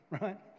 right